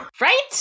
Right